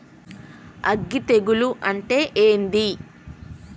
అగ్గి తెగులు అంటే ఏంది?